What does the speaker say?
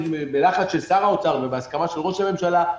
בלחץ של שר האוצר ובהסכמה של ראש הממשלה,